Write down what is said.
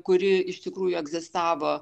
kuri iš tikrųjų egzistavo